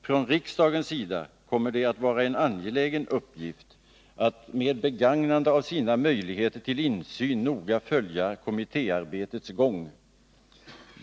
Från riksdagens sida kommer det att vara en angelägen uppgift att med begagnande av sina möjligheter till insyn noga följa kommittéarbetets gång.